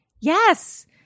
Yes